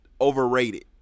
overrated